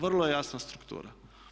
Vrlo je jasna struktura.